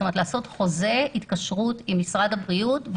זאת אומרת לעשות חוזה התקשרות עם משרד הבריאות.